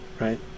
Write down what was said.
Right